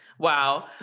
Wow